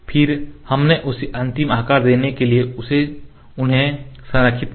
फिर हमने उन्हें अंतिम आकार देने के लिए उन्हें संरेखित किया